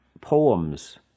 Poems